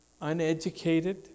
uneducated